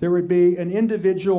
there would be an individual